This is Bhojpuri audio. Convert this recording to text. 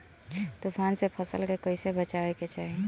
तुफान से फसल के कइसे बचावे के चाहीं?